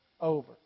over